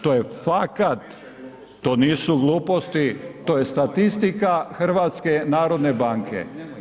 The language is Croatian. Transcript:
To je fakat, to nisu gluposti, to je statistika HNB-a.